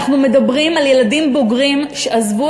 אנחנו מדברים על ילדים בוגרים שעזבו